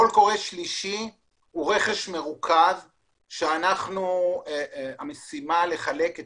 קול קורא שלישי הוא רכש מרוכז שהמשימה לחלק את